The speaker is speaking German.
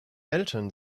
eltern